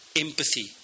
empathy